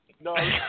no